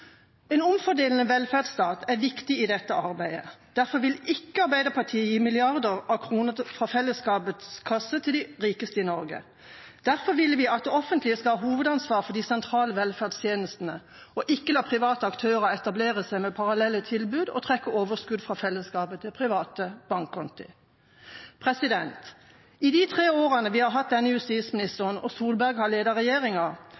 En omfordelende velferdsstat er viktig i dette arbeidet. Derfor vil ikke Arbeiderpartiet gi milliarder av kroner fra fellesskapets kasse til de rikeste i Norge. Derfor vil vi at det offentlige skal ha hovedansvar for de sentrale velferdstjenestene, ikke la private aktører etablere seg med parallelle tilbud og trekke overskudd fra fellesskapet til private bankkonti. I de tre årene vi har hatt denne justisministeren og Solberg har ledet regjeringa,